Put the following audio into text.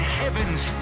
heaven's